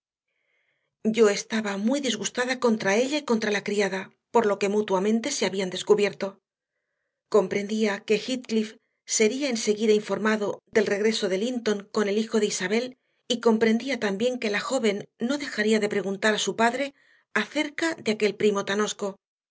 yo estaba muy disgustada contra ella y contra la criada por lo que mutuamente se habían descubierto comprendía que heathcliff sería enseguida informado del regreso de linton con el hijo de isabel y comprendía también que la joven no dejaría de preguntar a su padre acerca de aquel primo